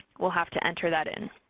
we'll have to enter that in.